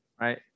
right